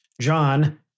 John